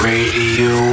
Radio